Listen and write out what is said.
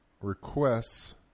requests